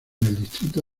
distrito